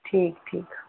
ठीक ठीक